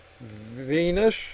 Venus